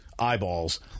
Eyeballs